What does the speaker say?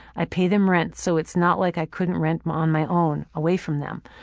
i pay them rent, so it's not like i couldn't rent on my own, away from them.